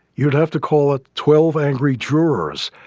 you'd have to call it twelve angry jurors,